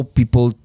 people